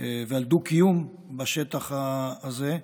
ועל דו-קיום בשטח הזה,